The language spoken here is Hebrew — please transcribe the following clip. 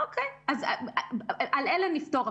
אוקיי, אז לאלה נפתור.